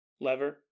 Lever